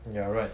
you're right